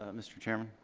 um mr. chairman,